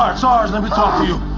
sarge, sarge. let me talk to you.